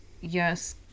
yes